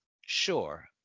sure